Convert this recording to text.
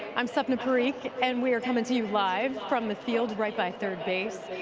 i'm sapna parikh and we are coming to you live from the field right by third base.